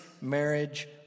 marriage